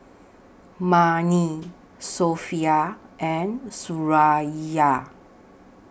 Murni Sofea and Suraya